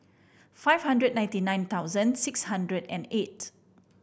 five hundred ninety nine thousand six hundred and eight